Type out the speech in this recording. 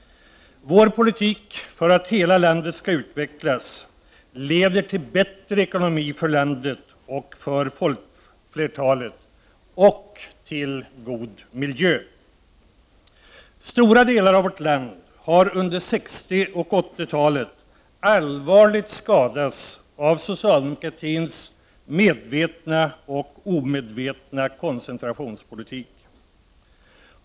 Vår politik för att hela landet skall utvecklas leder till bättre ekonomi för landet och för folkflertalet och till god miljö. Stora delar vårt land har under 60 och 80-talet allvarligt skadats av socialdemokratins medvetna och omedvetna koncentrationspolitik.